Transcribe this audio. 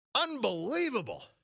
Unbelievable